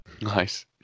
Nice